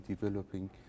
developing